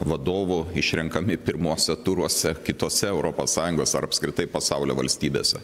vadovų išrenkami pirmuose turuose kitose europos sąjungos ar apskritai pasaulio valstybėse